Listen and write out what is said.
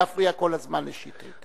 להפריע כל הזמן לשטרית?